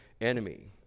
enemy